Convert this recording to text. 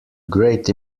great